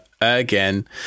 again